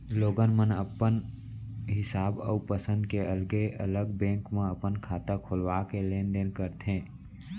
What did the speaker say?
लोगन मन अपन हिसाब अउ पंसद के अलगे अलग बेंक म अपन खाता खोलवा के लेन देन ल करथे